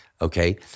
Okay